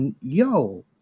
Yo